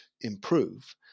improve